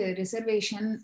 reservation